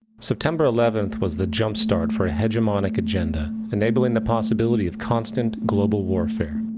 september eleventh was the jumpstart for a hegemonic agenda enabling the possibility of constant global warfare.